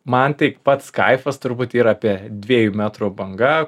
man tai pats kaifas turbūt yra apie dviejų metrų banga